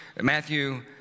Matthew